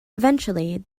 eventually